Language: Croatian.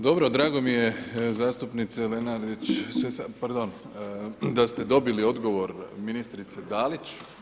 Dobro, drago mi je zastupnice Lesandrić, pardon da ste dobili odgovor ministrice Dalić.